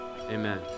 amen